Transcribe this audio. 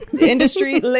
industry